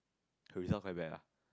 her result quite bad lah